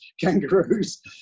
kangaroos